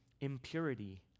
impurity